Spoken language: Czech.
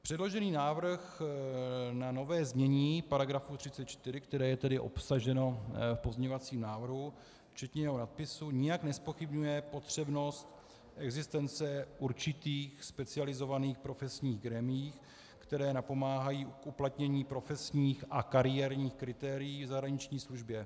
Předložený návrh na nové znění § 34, které je obsaženo v pozměňovacím návrhu, včetně jeho nadpisu, nijak nezpochybňuje potřebnost existence určitých specializovaných profesních grémií, které napomáhají k uplatnění profesních a kariérních kritérií v zahraniční službě.